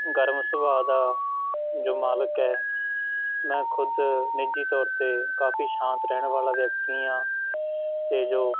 ਗਰਮ ਸੁਭਾਅ ਦਾ ਜੋ ਮਾਲਕ ਹੈ ਮੈਂ ਖੁਦ ਨਿੱਜੀ ਤੌਰ 'ਤੇ ਕਾਫੀ ਸ਼ਾਂਤ ਰਹਿਣ ਵਾਲਾ ਵਿਅਕਤੀ ਹਾਂ ਅਤੇ ਜੋ